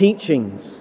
teachings